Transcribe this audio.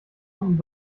und